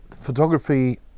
photography